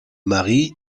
mari